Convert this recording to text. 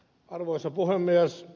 arvoisa puhemies